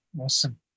Awesome